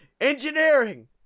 Engineering